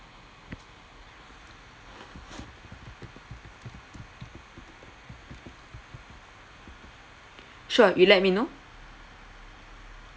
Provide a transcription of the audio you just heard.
sure you let me know